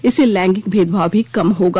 इससे लैंगिक भेदभाव भी कम होगा